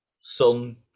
Sun